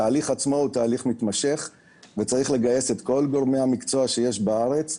התהליך עצמו הוא תהליך מתמשך וצריך לגייס את כל גורמי המקצוע שיש בארץ.